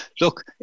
look